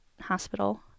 hospital